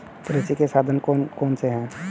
कृषि के साधन कौन कौन से हैं?